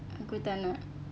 aku tak nak